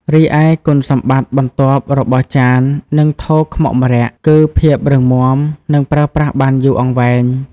រីឯគុណសម្បត្តិបន្ទាប់របស់ ចាន និងថូខ្មុកម្រ័ក្សណ៍គឺ ភាពរឹងមាំនិងប្រើប្រាស់បានយូរអង្វែង។